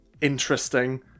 interesting